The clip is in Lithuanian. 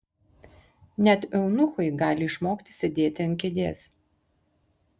net eunuchai gali išmokti sėdėti ant kėdės